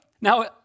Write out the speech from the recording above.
Now